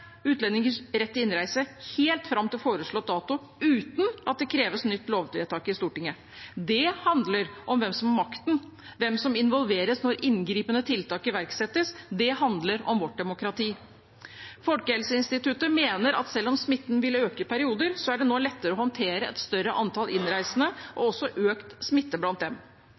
utlendingers rett til innreise helt fram til foreslått dato uten at det kreves nytt lovvedtak i Stortinget. Det handler om hvem som har makten, hvem som involveres når inngripende tiltak iverksettes. Det handler om vårt demokrati. Folkehelseinstituttet mener at selv om smitten vil øke i perioder, er det nå lettere å håndtere et større antall innreisende og også økt smitte blant dem.